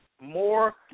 more